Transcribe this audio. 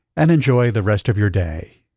and enjoy the rest of your day.